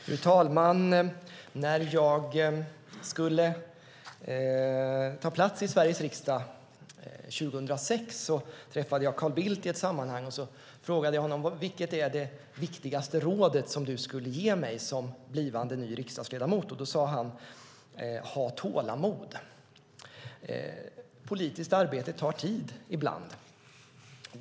Fru talman! När jag skulle ta plats i Sveriges riksdag träffade jag i ett sammanhang Carl Bildt. Jag frågade honom: Vilket är det viktigaste råd du skulle ge mig som nybliven riksdagsledamot? Då svarade han: Ha tålamod! Politiskt arbete tar tid ibland.